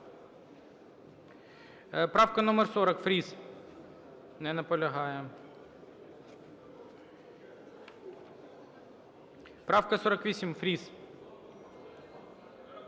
Правка номер 40, Фріс. Не наполягає. Правка 48, Фріс.